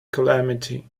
calamity